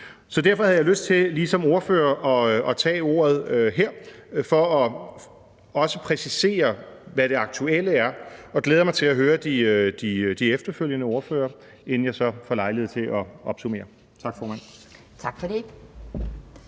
Derfor havde jeg lyst til som ordfører for forslagsstillerne at tage ordet her for også at præcisere, hvad det aktuelle er, og jeg glæder mig til at høre de efterfølgende ordførere, inden jeg så får lejlighed til at opsummere. Tak, formand.